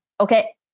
okay